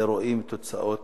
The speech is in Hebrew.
מזה רואים תוצאות